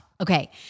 Okay